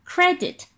Credit